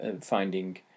finding